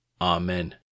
Amen